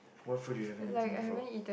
what food you haven eating before